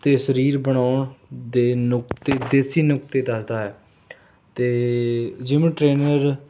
ਅਤੇ ਸਰੀਰ ਬਣਾਉਣ ਦੇ ਨੁਕਤੇ ਦੇਸੀ ਨੁਕਤੇ ਦੱਸਦਾ ਹੈ ਅਤੇ ਜਿਮ ਟ੍ਰੇਨਰ